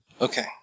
Okay